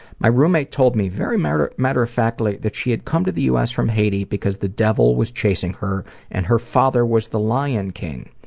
my roommate told me, very matter matter of factly, that she had come to the us from haiti because the devil was chasing her and her father was the lion king.